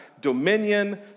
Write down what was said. dominion